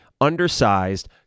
undersized